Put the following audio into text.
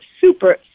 super